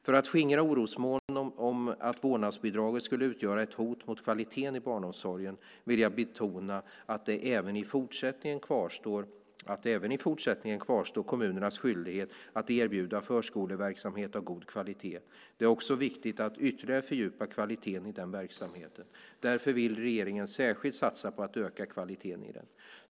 För att skingra orosmoln om att vårdnadsbidraget skulle utgöra ett hot mot kvaliteten i barnomsorgen vill jag betona att även i fortsättningen kvarstår kommunernas skyldighet att erbjuda förskoleverksamhet av god kvalitet. Det är också viktigt att ytterligare fördjupa kvaliteten i den verksamheten. Därför vill regeringen särskilt satsa på att öka kvaliteten i den.